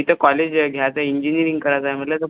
इथं कॉलेज घ्या घ्यायचं इंजिनिअरिंग करायचं मला तर